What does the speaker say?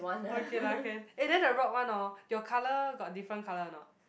okay lah can eh then the rock one orh your colour got different colour or not